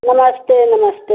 नमस्ते नमस्ते